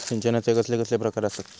सिंचनाचे कसले कसले प्रकार आसत?